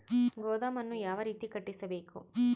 ಗೋದಾಮನ್ನು ಯಾವ ರೇತಿ ಕಟ್ಟಿಸಬೇಕು?